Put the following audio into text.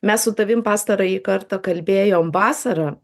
mes su tavim pastarąjį kartą kalbėjom vasarą